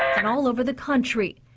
and all over the country.